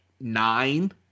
nine